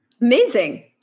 Amazing